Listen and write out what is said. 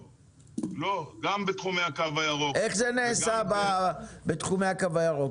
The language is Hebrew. גם בתחומי הקו הירוק וגם --- איך זה נעשה בתחומי הקו הירוק,